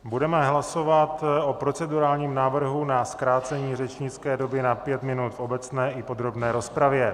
Budeme hlasovat o procedurálním návrhu na zkrácení řečnické doby na pět minut v obecné i v podrobné rozpravě.